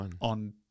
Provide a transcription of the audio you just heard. on